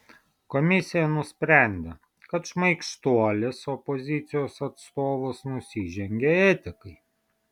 komisija nusprendė kad šmaikštuolis opozicijos atstovas nusižengė etikai